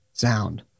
sound